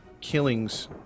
Killings